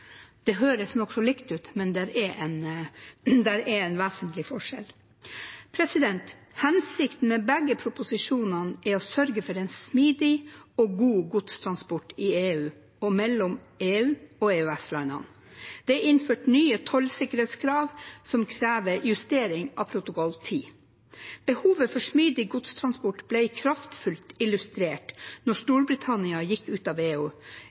Det høres nokså likt ut, men det er en vesentlig forskjell. Hensikten med begge proposisjonene er å sørge for en smidig og god godstransport i EU og mellom EU og EØS-landene. Det er innført nye tollsikkerhetskrav som krever justering av protokoll 10. Behovet for smidig godstransport ble kraftfullt illustrert da Storbritannia gikk ut av EU